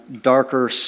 darker